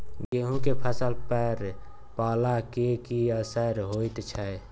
गेहूं के फसल पर पाला के की असर होयत छै?